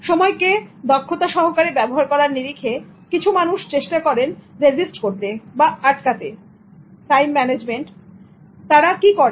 সময়কে দক্ষতা সহকারে ব্যবহার করার নিরিখে কিছু মানুষ চেষ্টা করেন রেসিস্ট করতে বা আটকাতেে টাইম ম্যানেজমেন্ট "ওকে" তারা কি করেন